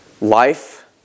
Life